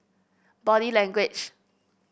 Body Language